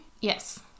Yes